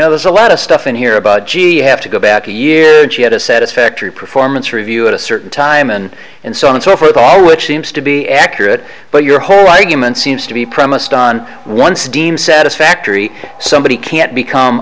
know there's a lot of stuff in here about g have to go back a year she had a satisfactory performance review at a certain time and and so on and so forth all which seems to be accurate but your whole argument seems to be premised on one steam satisfactory somebody can't become